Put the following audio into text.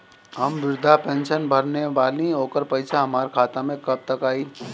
हम विर्धा पैंसैन भरले बानी ओकर पईसा हमार खाता मे कब तक आई?